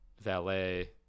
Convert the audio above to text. valet